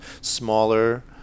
Smaller